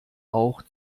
auch